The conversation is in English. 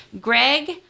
Greg